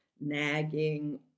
nagging